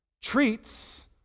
treats